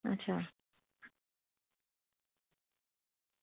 अच्छा